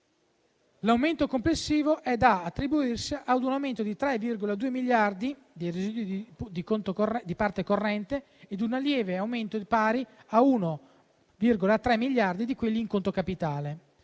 L'aumento complessivo è da attribuirsi ad un aumento di 3,2 miliardi di euro dei residui di parte corrente e ad un lieve aumento pari a 1,3 miliardi di euro di quelli in conto capitale.